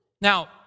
Now